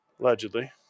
Allegedly